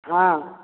ହଁ